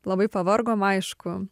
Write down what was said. labai pavargom aišku